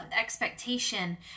expectation